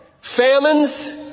famines